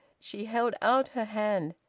she held out her hand.